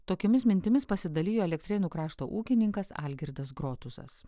tokiomis mintimis pasidalijo elektrėnų krašto ūkininkas algirdas grotuzas